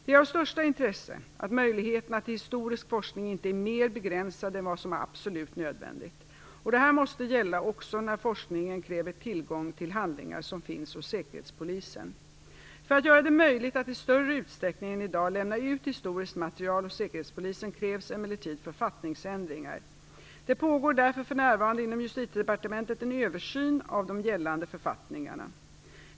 Det är av största intresse att möjligheterna till historisk forskning inte är mer begränsade än vad som är absolut nödvändigt. Detta måste gälla också när forskningen kräver tillgång till handlingar som finns hos Säkerhetspolisen. För att göra det möjligt att i större utsträckning än i dag lämna ut historiskt material hos Säkerhetspolisen krävs emellertid författningsändringar. Det pågår därför för närvarande inom Justitiedepartementet en översyn av de gällande författningarna.